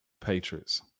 Patriots